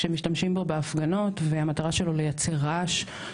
שמשתמשים בו בהפגנות, והמטרה שלו לייצר רעש.